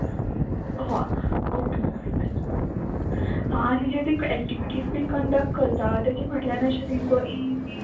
हय okay fine हा आनी हे एक्टिविटीज बी कंडक्ट करता तेजे फाटल्यान अशें थिंग सो एम बी